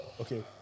okay